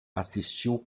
assistiu